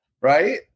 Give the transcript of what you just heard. right